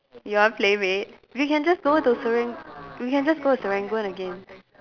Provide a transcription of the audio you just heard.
you want PlayMade we can just go to Seran~ we can just go to Serangoon again